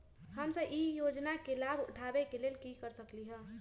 हम सब ई योजना के लाभ उठावे के लेल की कर सकलि ह?